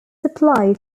supply